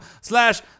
slash